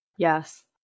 yes